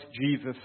Jesus